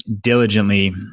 diligently